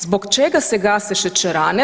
Zbog čega se gase šećerane?